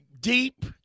deep